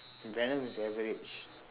venom is average